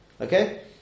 okay